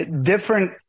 different